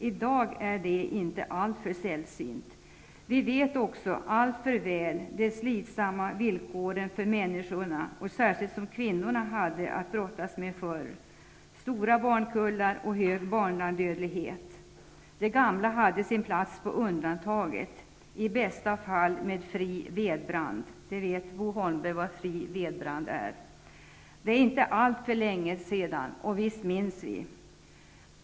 I dag är det inte alltför sällsynt. Vi känner också alltför väl till de slitsamma villkor som människorna, särskilt kvinnorna, hade att brottas med förr -- stora barnkullar och hög barnadödlighet. De gamla hade sin plats på undantaget -- i bästa fall med fri vedbrand. Vad det är vet Bo Holmberg. Det är inte alltför länge sedan -- visst minns vi?